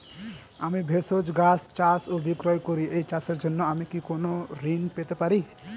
আমি ভেষজ গাছ চাষ ও বিক্রয় করি এই চাষের জন্য আমি কি কোন ঋণ পেতে পারি?